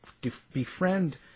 befriend